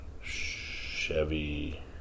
Chevy